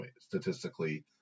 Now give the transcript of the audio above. statistically